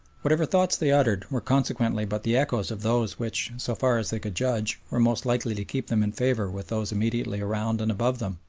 whatever thoughts they uttered were consequently but the echoes of those which, so far as they could judge, were most likely to keep them in favour with those immediately around and above them.